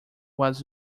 was